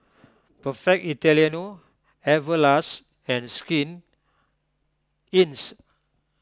Perfect Italiano Everlast and Skin